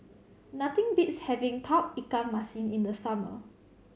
nothing beats having Tauge Ikan Masin in the summer